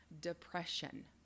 depression